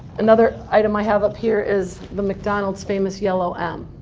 another item i have up here is the mcdonald's famous yellow m.